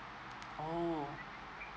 orh